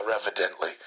Evidently